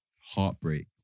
heartbreak